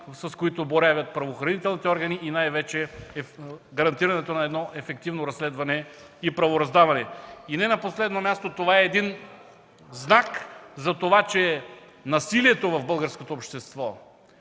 с които боравят правоохранителните органи, и най-вече гарантирането на ефективно разследване и правораздаване. И не на последно място, това е знак, че насилието в българското общество,